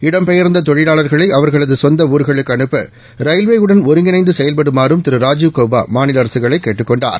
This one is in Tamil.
இடம்பெயர்ந்த தொழிலாளர்களை அவர்களது கொந்த ஊர்களுக்கு அனுப்ப ரயில்வே யுடன் ஒருங்கிணைந்து செயல்படுமாறும் திரு ராஜீவ்கௌபா மாநில அரசுகளைக் கேட்டுக் கொண்டார்